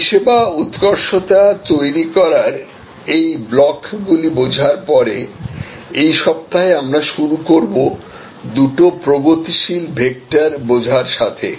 পরিষেবা উৎকর্ষতাতৈরিকরার এই ব্লকগুলি বোঝার পরে এই সপ্তাহে আমরা শুরু করব দুটি প্রগতিশীল ভেক্টর বোঝার সাথে